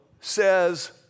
says